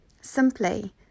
Simply